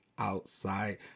Outside